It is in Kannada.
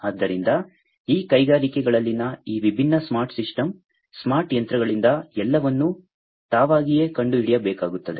ಆದ್ದರಿಂದ ಈ ಕೈಗಾರಿಕೆಗಳಲ್ಲಿನ ಈ ವಿಭಿನ್ನ ಸ್ಮಾರ್ಟ್ ಸಿಸ್ಟಮ್ ಸ್ಮಾರ್ಟ್ ಯಂತ್ರಗಳಿಂದ ಎಲ್ಲವನ್ನೂ ತಾವಾಗಿಯೇ ಕಂಡುಹಿಡಿಯಬೇಕಾಗುತ್ತದೆ